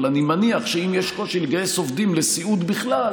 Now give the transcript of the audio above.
אבל אני מניח שאם יש קושי לגייס עובדים לסיעוד בכלל,